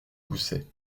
gousset